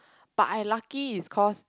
but I lucky it's cause